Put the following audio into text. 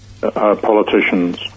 politicians